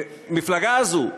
המפלגה הזאת,